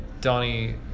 Donnie